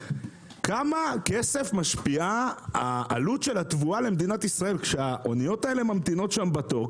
כמה כסף משפיעה עלות התבואה למדינת ישראל שהאניות האלה ממתינות שם בתור,